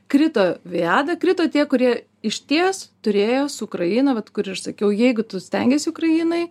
krito viada krito tie kurie išties turėjo su ukraina vat kur ir sakiau jeigu tu stengiesi ukrainai